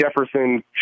Jefferson